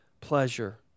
pleasure